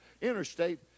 interstate